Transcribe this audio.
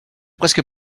presque